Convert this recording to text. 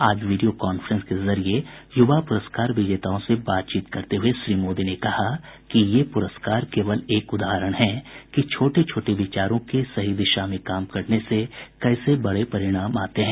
आज video conference के जरिये युवा पुरस्कार विजेताओं से बातचीत करते हुए श्री मोदी ने कहा कि ये प्रस्कार केवल एक उदाहरण हैं कि छोटे छोटे विचारों के सही दिशा में काम करने से कैसे बड़े परिणाम आते हैं